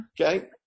Okay